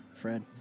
Fred